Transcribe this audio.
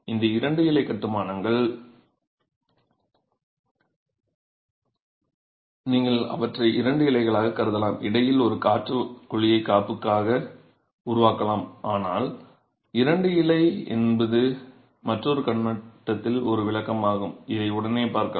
இந்த இரண்டு இலை கட்டுமானங்கள் நீங்கள் அவற்றை இரண்டு இலைகளாகக் கருதலாம் இடையில் ஒரு காற்று குழியை காப்புக்காக உருவாக்கலாம் ஆனால் இரண்டு இலை என்பது மற்றொரு கண்ணோட்டத்தில் ஒரு விளக்கமாகும் இதை உடனே பார்க்கலாம்